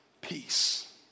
peace